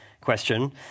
question